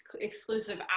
exclusive